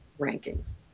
rankings